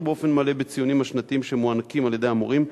באופן מלא בציונים השנתיים שמוענקים על-ידי המורים,